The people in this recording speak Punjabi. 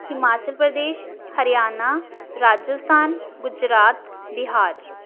ਹਿਮਾਚਲ ਪ੍ਰਦੇਸ਼ ਹਰਿਆਣਾ ਰਾਜਸਥਾਨ ਗੁਜਰਾਤ ਬਿਹਾਰ